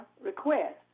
request